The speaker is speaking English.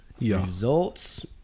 results